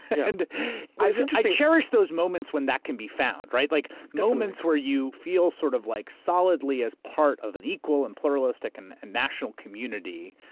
and i so cherish those moments when that can be found, like moments where you feel sort of like solidly as part of an equal and pluralistic and and national community.